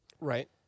Right